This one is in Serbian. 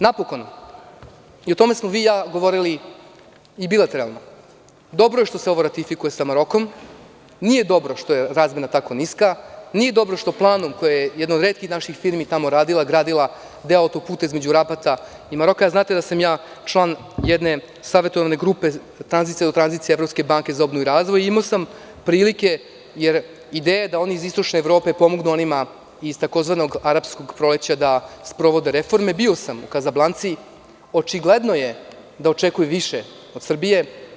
Napokon, i o tome smo i vi i ja govorili i bilateralno, dobro je što se ovo ratifikuje sa Marokom, nije dobro što je razmena tako niska, nije dobro što planom koji je jedna od retkih naših firmi tamo radila, gradila deo auto-puta između Rabata i Maroka, a znate da sam ja član jedne savetodavne grupe, tranzicija do tranzicije Evropske banke za obnovu i razvoj i imao sam prilike, jer ideja je da ovi iz Istočne Evrope pomognu onima iz tzv. „arapskog proleća“ da sprovode reforme, a bio sam u Kazablanci i očigledno je da očekuju više od Srbije.